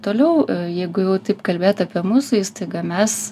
toliau jeigu jau taip kalbėt apie mūsų įstaigą mes